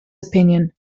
opinion